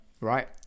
right